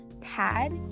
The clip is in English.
pad